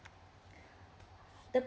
the